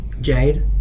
jade